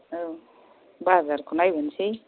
औ बाजारखौ नायबोनोसै